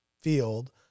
field